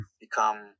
become